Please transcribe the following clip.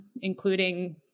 including